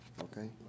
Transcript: okay